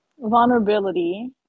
Vulnerability